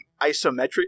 isometric